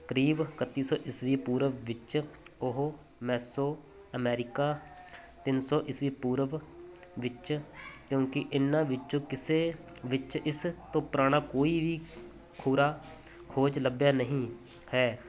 ਕਰੀਬ ਇਕੱਤੀ ਸੌ ਈਸਵੀ ਪੂਰਵ ਵਿੱਚ ਉਹ ਮੈਸੋਅਮੈਰੀਕਾ ਤਿੰਨ ਸੌ ਈਸਵੀ ਪੂਰਬ ਵਿੱਚ ਕਿਉਂਕਿ ਇਹਨਾਂ ਵਿੱਚੋਂ ਕਿਸੇ ਵਿੱਚ ਇਸ ਤੋਂ ਪੁਰਾਣਾ ਕੋਈ ਵੀ ਖੁਰਾ ਖੋਜ ਲੱਭਿਆ ਨਹੀਂ ਹੈ